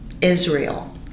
Israel